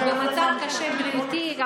במצב בריאותי קשה,